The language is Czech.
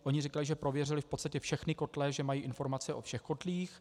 Oni říkali, že prověřili v podstatě všechny kotle, že mají informace o všech kotlích.